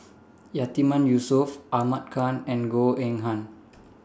Yatiman Yusof Ahmad Khan and Goh Eng Han